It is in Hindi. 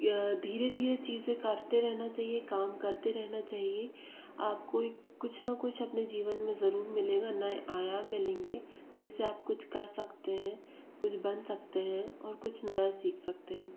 यह धीरे धीरे चीज़ें करते रहना चाहिए काम करते रहना चाहिए आप कोई कुछ ना कुछ अपने जीवन में ज़रूर मिलेगा नए आयाम मिलेंगे जिससे आप कुछ कर सकते हैं कुछ बन सकते हैं और कुछ नया सीख सकते हैं